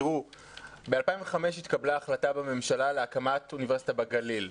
ב-2005 התקבלה החלטת ממשלה להקמת אוניברסיטה בגליל.